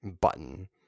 button